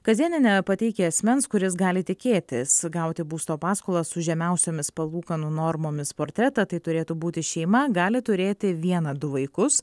kazėnienė pateikia asmens kuris gali tikėtis gauti būsto paskolas su žemiausiomis palūkanų normomis portretą tai turėtų būti šeima gali turėti vieną du vaikus